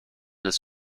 des